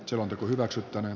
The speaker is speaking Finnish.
selonteko hyväksyttäneen